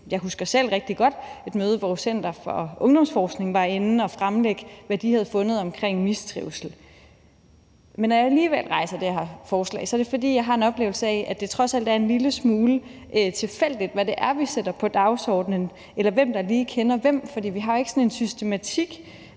Jeg husker selv rigtig godt et møde, hvor Center for Ungdomsforskning var inde at fremlægge, hvad de havde fundet omkring mistrivsel. Men når jeg alligevel rejser det her forslag, er det, fordi jeg har en oplevelse af, at det trods alt er en lille smule tilfældigt, hvad det er, vi sætter på dagsordenen, eller hvem der lige kender hvem, for vi har jo ikke sådan en systematik,